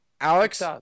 Alex